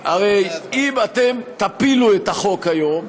הרי אם אתם תפילו את החוק היום,